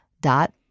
dot